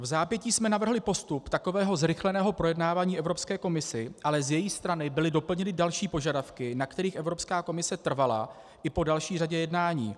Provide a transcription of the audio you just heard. Vzápětí jsme navrhli postup takového zrychleného projednávání Evropské komisi, ale z její strany byly doplněny další požadavky, na kterých Evropská komise trvala i po další řadě jednání.